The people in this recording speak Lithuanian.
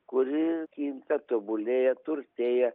kuri kinta tobulėja turtėja